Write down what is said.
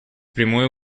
прямой